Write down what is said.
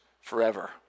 forever